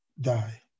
die